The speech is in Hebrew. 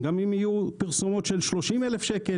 גם אם יהיו פרסומות על 30,000 שקל